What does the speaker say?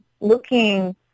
looking